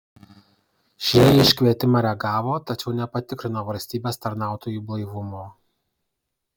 šie į iškvietimą reagavo tačiau nepatikrino valstybės tarnautojų blaivumo